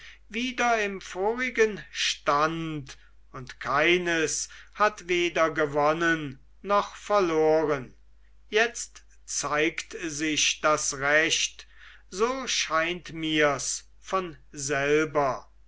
wieder im vorigen stand und keines hat weder gewonnen noch verloren jetzt zeigt sich das recht so scheint mirs von selber